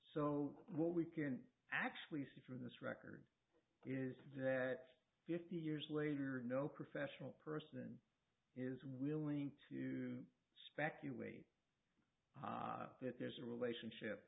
so what we can actually see from this record is that fifty years later no professional person is willing to speculate that there's a relationship